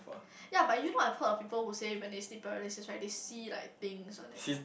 ya but you know I've heard of people who say when they sleep paralysis right they see like things one leh